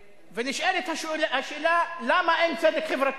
ונשאלת השאלה, למה אין צדק חברתי?